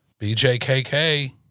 BJKK